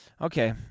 Okay